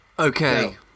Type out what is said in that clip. Okay